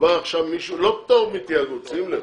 לא פטור מתאגוד, שים לב,